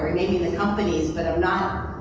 we're making the companies but i'm not,